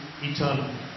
eternal